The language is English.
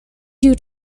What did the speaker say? due